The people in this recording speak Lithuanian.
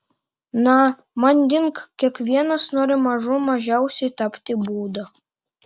na manding kiekvienas nori mažų mažiausiai tapti buda